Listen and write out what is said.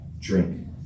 drink